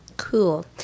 Cool